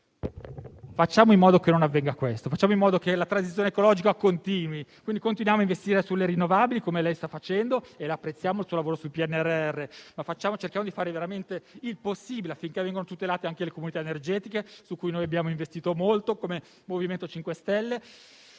facciamo in modo che questo non avvenga. Facciamo in modo che la transizione ecologica continui. Continuiamo quindi a investire sulle rinnovabili, come lei sta facendo - apprezziamo il suo lavoro sul PNRR - ma cerchiamo di fare veramente il possibile affinché vengano tutelate anche le comunità energetiche, su cui noi del MoVimento 5 Stelle